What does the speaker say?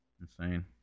insane